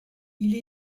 ils